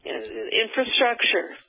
Infrastructure